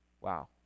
Wow